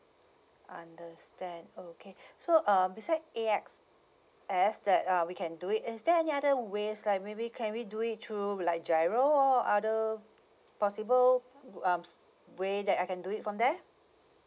understand okay so uh beside A_X_S that uh we can do it is there any other ways like maybe can we do it through like giro or other possible um way that I can do it from there